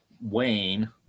Wayne